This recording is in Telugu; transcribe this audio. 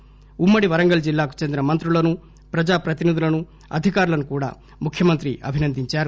అలాగే ఉమ్మడి వరంగల్ జిల్లాకు చెందిన మంత్రులను ప్రజా ప్రతినిధులను అధికారులను కూడా ముఖ్యమంత్రి అభినందించారు